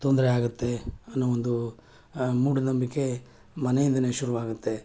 ತೊಂದರೆ ಆಗುತ್ತೆ ಅನ್ನೋ ಒಂದು ಮೂಢನಂಬಿಕೆ ಮನೆಯಿಂದಲೇ ಶುರುವಾಗುತ್ತೆ